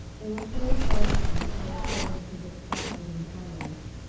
they referred guardedly to the reforms he had sponsored and financed.